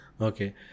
Okay